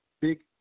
big